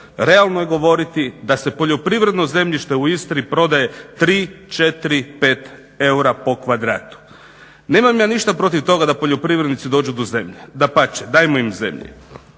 Realno je govoriti da se poljoprivredno zemljište u Istri prodaje 3, 4, 5 eura po kvadratu. Nemam ja ništa protiv toga da poljoprivrednici dođu do zemlje. Dapače, dajmo im zemlje